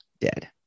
dead